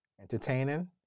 entertaining